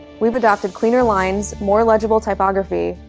we've adopted cleaner lines, more legible typography,